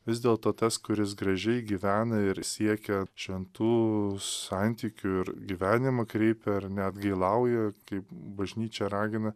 vis dėlto tas kuris gražiai gyvena ir siekia šventų santykių ir gyvenimą kreipia ar neatgailauja kaip bažnyčia ragina